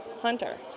hunter